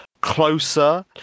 closer